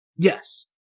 Yes